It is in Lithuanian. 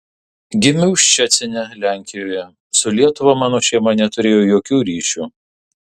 gimiau ščecine lenkijoje su lietuva mano šeima neturėjo jokių ryšių